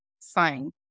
fine